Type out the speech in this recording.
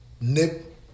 Nip